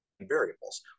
variables